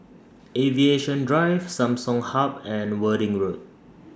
Aviation Drive Samsung Hub and Worthing Road